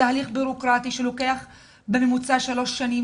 תהליך בירוקרטי שלוקח בממוצע שלוש שנים,